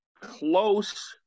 close